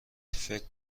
فکر